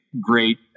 great